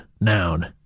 noun